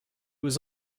was